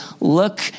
look